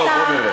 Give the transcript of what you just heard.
בואו, בואו נראה.